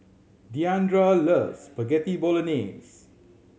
Deandra loves Spaghetti Bolognese